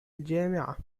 الجامعة